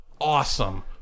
awesome